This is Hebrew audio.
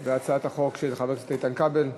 זאת הצעת חוק של חבר הכנסת איתן כבל.